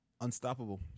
unstoppable